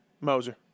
Moser